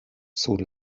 sur